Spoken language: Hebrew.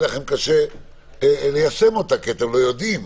לכם קשה ליישם אותה כי אתם לא יודעים.